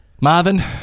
Marvin